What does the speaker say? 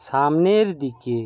সামনের দিকে